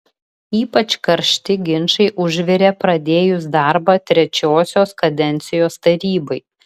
ypač karšti ginčai užvirė pradėjus darbą trečiosios kadencijos tarybai